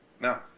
Now